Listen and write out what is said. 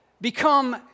Become